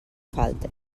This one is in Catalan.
falte